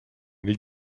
niet